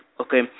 okay